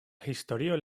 historio